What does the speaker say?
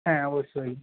হ্যাঁ অবশ্যই